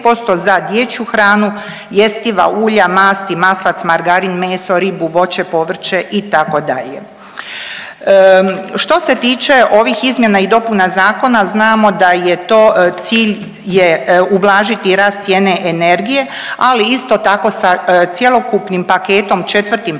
za dječju hranu, jestiva ulja, masti, maslac, margarin, meso, ribu, voće, povrće itd. Što se tiče ovih izmjena i dopuna zakona znamo da je to cilj je ublažiti rast cijene energije, ali isto tako sa cjelokupnim paketom, četvrtim paketom